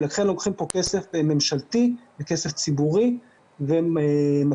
ולכן לוקחים פה כסף ממשלתי וכסף ציבורי ומקצים